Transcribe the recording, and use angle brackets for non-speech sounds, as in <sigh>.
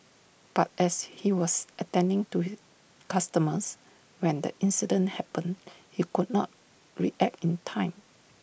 but as he was attending to <hesitation> customers when the incident happened he could not react in time